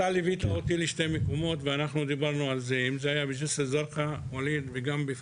אתה ליווית אותי לשני מקומות ג'סר א-זרקא ופוריידיס